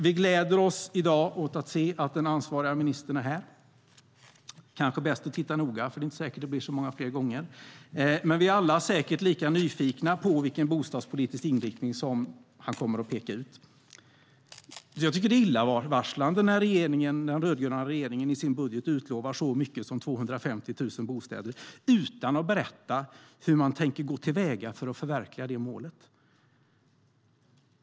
Vi gläder oss i dag åt att se att den ansvariga ministern är här. Det kanske är bäst att titta noga, för det är inte säkert att det blir så många fler gånger. Vi är alla säkert lika nyfikna på vilken bostadspolitisk inriktning han kommer att peka ut. Det är illavarslande när den rödgröna regeringen i sin budget utlovar så mycket som 250 000 bostäder utan att berätta hur man tänker gå till väga för att förverkliga det målet.